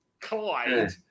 Clyde